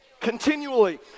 continually